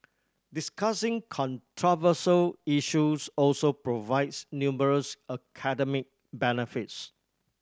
discussing controversial issues also provides numerous academic benefits